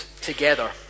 together